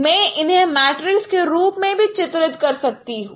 मैं इन्हें मैट्रिक्स के रूप में भी चित्रित कर सकता हूं